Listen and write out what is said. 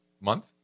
month